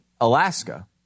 Alaska